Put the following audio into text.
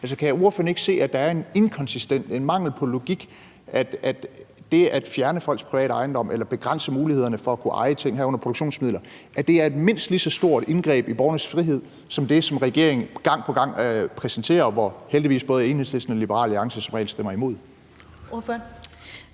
Kan ordføreren ikke se, at der er en inkonsistens, en mangel på logik, og at det at fjerne folks private ejendom eller begrænse mulighederne for at kunne eje ting, herunder produktionsmidler, er et mindst lige så stort indgreb i borgernes frihed som det, som regeringen gang på gang præsenterer, og hvor heldigvis både Enhedslisten og Liberal Alliance som regel stemmer imod? Kl.